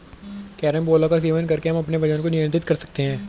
carambola का सेवन कर हम अपने वजन को नियंत्रित कर सकते हैं